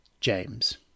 James